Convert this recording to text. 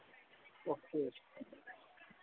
okay